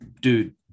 dude